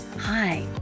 Hi